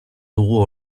dugu